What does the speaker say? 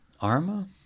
ARMA